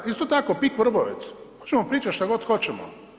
Isto tako Pik Vrbovec, možemo pričati što god hoćemo.